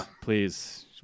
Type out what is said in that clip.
please